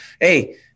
Hey